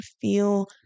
feel